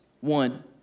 One